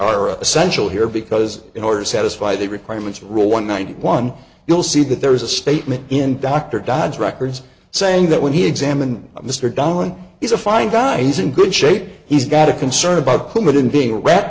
a essential here because in order to satisfy the requirements rule one nine one you'll see that there was a statement in dr dodge records saying that when he examined mr don he's a fine guy he's in good shape he's got a concern about coumadin being rat